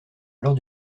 lors